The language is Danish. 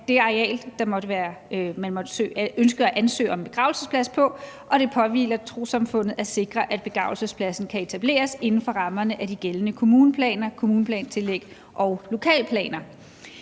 det areal, man måtte ønske at ansøge om begravelsesplads på, og det påhviler trossamfundet at sikre, at begravelsespladsen kan etableres inden for rammerne af de gældende kommuneplaner, kommuneplantillæg og lokalplaner.